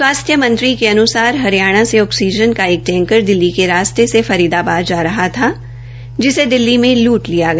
स्वास्थ्य मंत्री क अन्सार हरियाणा से ऑक्सीजन का एक टैंकर दिल्ली के रास्ते से फरीदाबाद जा रहा था जिसे दिल्ली में लूट लिया गया